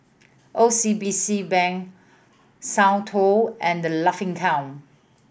O C BC Bank Soundteoh and The Laughing Cow